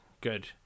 good